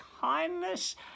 kindness